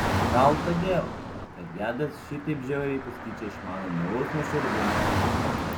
gal todėl kad gedas šitaip žiauriai pasityčiojo iš mano naivaus nuoširdumo